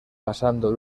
pasando